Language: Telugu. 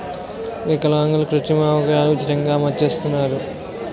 విలాంగులకు కృత్రిమ అవయవాలు ఉచితంగా అమరుస్తున్నారు